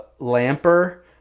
Lamper